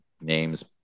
names